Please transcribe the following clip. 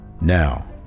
now